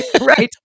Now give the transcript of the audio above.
Right